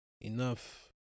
enough